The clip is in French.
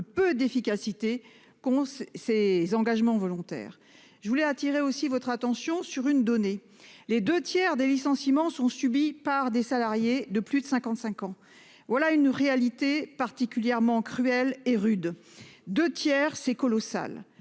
peu d'efficacité qu'on ses engagements volontaires. Je voulais attirer aussi votre attention sur une donnée les 2 tiers des licenciements sont subies par des salariés de plus de 55 ans. Voilà une réalité particulièrement cruel et rude 2 tiers. C'est colossal.